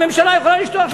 הממשלה יכולה לשלוח,